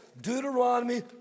Deuteronomy